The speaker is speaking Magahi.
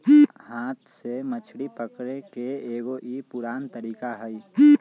हाथ से मछरी पकड़े के एगो ई पुरान तरीका हई